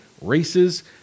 races